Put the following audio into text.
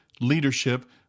leadership